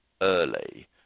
early